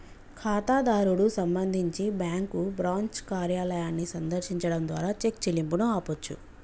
ఖాతాదారుడు సంబంధించి bank branch కార్యాలయాన్ని సందర్శించడం ద్వారా చెక్ చెల్లింపును ఆపొచ్చు